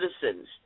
citizens